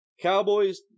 Cowboys